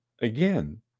again